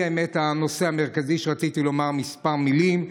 האמת היא שהנושא המרכזי שרציתי לומר עליו כמה מילים,